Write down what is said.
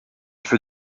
fait